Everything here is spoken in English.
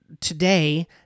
Today